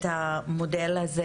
המודל הזה.